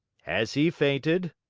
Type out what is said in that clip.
has he fainted?